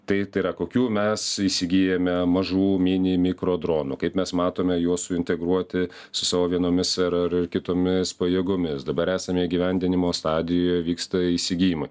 tai tai yra kokių mes įsigyjame mažų mini mikro dronų kaip mes matome juos suintegruoti su savo vienomis ar ar kitomis pajėgomis dabar esame įgyvendinimo stadijoje vyksta įsigijimai